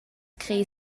crer